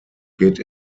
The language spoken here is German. geht